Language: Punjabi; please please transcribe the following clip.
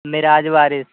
ਮਿਰਾਜ ਵਾਰਿਸ